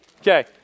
Okay